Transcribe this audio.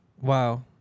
Wow